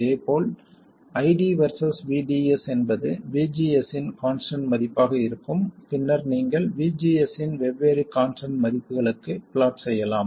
இதேபோல் ID versus VDS என்பது VGS இன் கான்ஸ்டன்ட் மதிப்பாக இருக்கும் பின்னர் நீங்கள் VGS இன் வெவ்வேறு கான்ஸ்டன்ட் மதிப்புகளுக்குத் பிளாட் செய்யலாம்